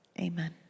amen